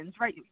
right